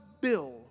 bill